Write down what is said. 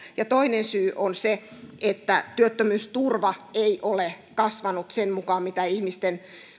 toinen syy on se että työttömyysturva ei ole kasvanut sen mukaan mitä ihmisten